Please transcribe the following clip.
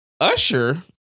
Usher